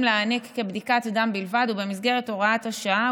להעניק כבדיקת דם בלבד ובמסגרת הוראת השעה,